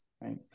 right